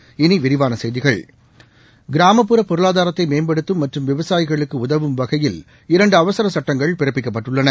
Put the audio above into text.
இனி விரிவான செய்திகள் கிராமப்புற பொருளாதாரத்தை மேம்படுத்தும் மற்றும் விவசாயிகளுக்கு உதவும் வகையில் இரண்டு அவசரச் சட்டங்கள் பிறப்பிக்கப்பட்டுள்ளன